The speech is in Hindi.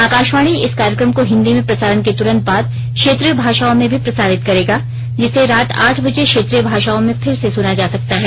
आकाशवाणी इस कार्यक्रम को हिन्दी में प्रसारण के तुरंत बाद क्षेत्रीय भाषाओं में भी प्रसारित करेगा जिसे रात आठ बजे क्षेत्रीय भाषाओं में फिर से सुना जा सकता है